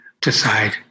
decide